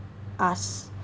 ask